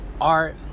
art